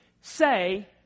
Say